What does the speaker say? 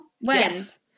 Yes